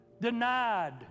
denied